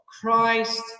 Christ